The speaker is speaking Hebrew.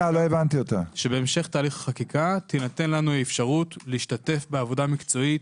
שבהמשך תהליך החקיקה תינתן לנו אפשרות להשתתף בעבודה מקצועית,